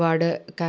പാട് കാര്യങ്ങൾ